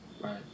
Right